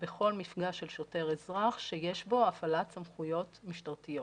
בכל מפגש של שוטר-אזרח שיש בו הפעלת סמכויות משטרתיות.